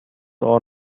are